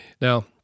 Now